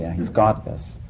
he's got this.